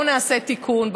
בואו נעשה תיקון,